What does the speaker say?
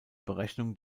berechnung